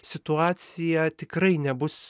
situacija tikrai nebus